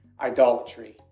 idolatry